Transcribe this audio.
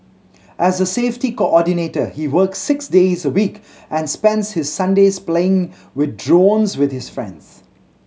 as a safety coordinator he works six days a week and spends his Sundays playing with drones with his friends